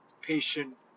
patient